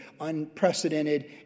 unprecedented